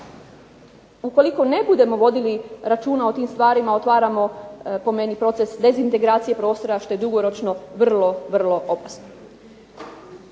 Ukoliko ne budemo vodili računa o tim stvarima otvaramo po meni proces dezintegracije prostora što je dugoročno opasno.